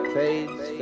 fades